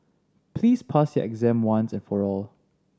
please pass your exam once and for all